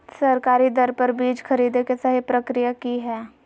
सरकारी दर पर बीज खरीदें के सही प्रक्रिया की हय?